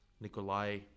Nikolai